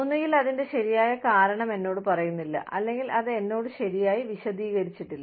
ഒന്നുകിൽ അതിന്റെ ശരിയായ കാരണം എന്നോട് പറയുന്നില്ല അല്ലെങ്കിൽ അത് എന്നോട് ശരിയായി വിശദീകരിച്ചിട്ടില്ല